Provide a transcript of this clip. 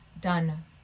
done